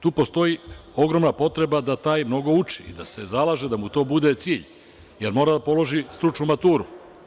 Tu postoji ogromna potreba da taj mnogo uči, da se zalaže, da mu to bude cilj, jer mora da položi stručnu maturu.